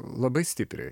labai stipriai